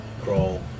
Crawl